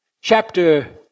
chapter